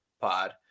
pod